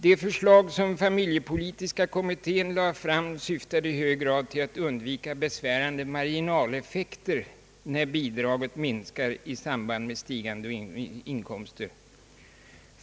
Det förslag som familjepolitiska kommittén lade fram syftade i hög grad till att undvika besvärande marginaleffekter när bidraget minskar i samband med stigande inkomster.